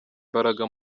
imbaraga